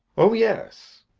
oh yes.